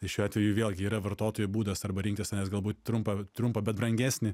šiuo atveju vėlgi yra vartotojų būdas arba rinktis galbūt trumpą trumpą bet brangesnį